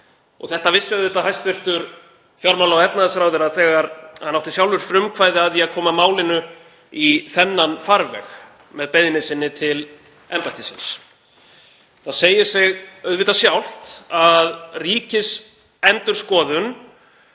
Þetta vissi auðvitað hæstv. fjármála- og efnahagsráðherra þegar hann átti sjálfur frumkvæði að því að koma málinu í þennan farveg með beiðni sinni til embættisins. Það segir sig auðvitað sjálft að Ríkisendurskoðun